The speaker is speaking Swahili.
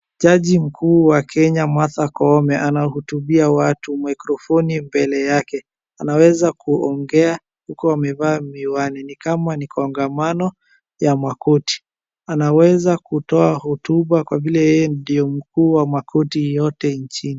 Jaji mkuu wa Kenya Martha Koome anahutubia watu, mikrofoni mbele yake anaeza kuongea huku amevaa miwani ni kama ni kongamano ya makoti. Anaweza kutoa hotuba kwa vile yeye ndiye mkuu wa korti yote nchini.